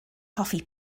hoffi